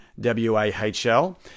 W-A-H-L